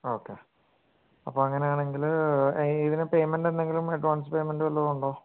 okay അപ്പം അങ്ങനെ ആണെങ്കിൽ ഈ ഇതിന് പേയ്മെൻറ്റ് എന്തെങ്കിലും അഡ്വാൻസ് പേയ്മെൻറ്റ് വല്ലതുമുണ്ടോ